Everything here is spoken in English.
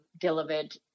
delivered